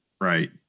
Right